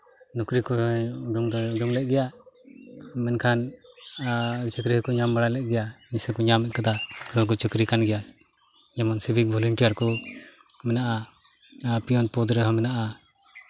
ᱱᱚᱠᱨᱤ ᱠᱚᱭ ᱩᱰᱩᱝ ᱫᱚᱭ ᱩᱰᱩᱝ ᱞᱮᱫ ᱜᱮᱭᱟ ᱢᱮᱱᱠᱷᱟᱱ ᱪᱟᱹᱠᱨᱤ ᱦᱚᱸᱠᱚ ᱧᱟᱢ ᱵᱟᱲᱟ ᱞᱮᱫ ᱜᱮᱭᱟ ᱡᱮᱭᱥᱮ ᱠᱚ ᱧᱟᱢ ᱟᱠᱟᱫᱟ ᱥᱮᱠᱚ ᱪᱟᱹᱠᱨᱤ ᱠᱟᱱ ᱜᱮᱭᱟ ᱡᱮᱢᱚᱱ ᱥᱤᱵᱷᱤᱠ ᱵᱷᱚᱞᱮᱱᱴᱤᱭᱟᱨ ᱠᱚ ᱢᱮᱱᱟᱜᱼᱟ ᱟᱨ ᱯᱤᱭᱚᱱ ᱯᱚᱫᱽ ᱨᱮᱦᱚᱸ ᱢᱮᱱᱟᱜᱼᱟ